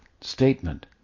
statement